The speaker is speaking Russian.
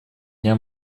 дня